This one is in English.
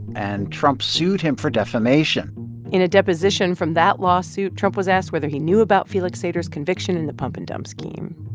and trump sued him for defamation in a deposition from that lawsuit, trump was asked whether he knew about felix sater's conviction in the pump-and-dump scheme.